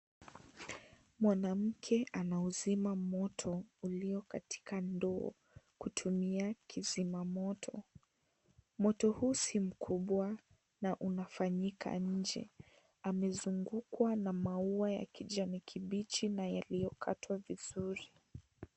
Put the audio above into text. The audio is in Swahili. Mwanamke anauzima Moto ulio katika ndoo kutumia kizima moto, Moto juu si mkubwa na unafanyika nje, amezungukwa na maua ya kijani kibichi na yaliokatwa vizuri.